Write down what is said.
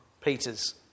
Peter's